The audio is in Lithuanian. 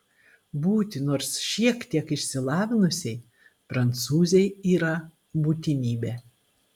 būti nors šiek tiek išsilavinusiai prancūzei yra būtinybė